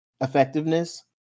effectiveness